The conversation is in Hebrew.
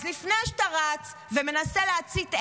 אז לפני שאתה רץ ומנסה להצית אש,